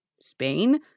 Spain